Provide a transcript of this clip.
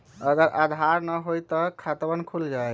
अगर आधार न होई त खातवन खुल जाई?